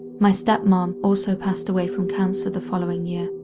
my step-mom, also passed away from cancer the following year.